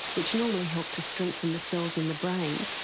which normally help to strengthen the cells in the brain,